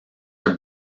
are